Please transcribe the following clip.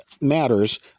matters